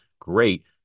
Great